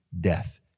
death